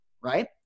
Right